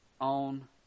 on